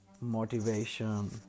motivation